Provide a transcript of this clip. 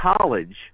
college